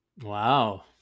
Wow